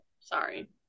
Sorry